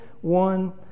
One